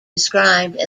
described